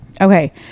Okay